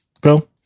Go